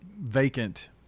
vacant